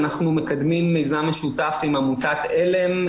אנחנו מקדמים מיזם משותף עם עמותת אל"ם,